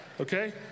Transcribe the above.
okay